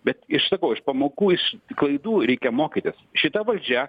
bet iš sakau iš pamokų iš klaidų reikia mokytis šita valdžia